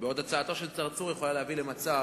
בעוד הצעתו של צרצור יכולה להביא למצב